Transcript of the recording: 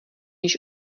již